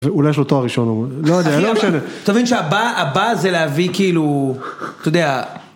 ואולי יש לו תואר ראשון, לא יודע, לא משנה. אתה מבין שהבא, הבא זה להביא כאילו, אתה יודע.